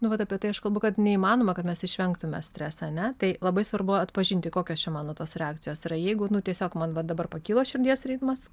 nu vat apie tai aš kalbu kad neįmanoma kad mes išvengtume streso ar ne tai labai svarbu atpažinti kokios čia mano tos reakcijos yra jeigu nu tiesiog man va dabar pakilo širdies ritmas